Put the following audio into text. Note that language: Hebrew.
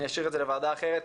אני אשאיר את זה לוועדה אחרת,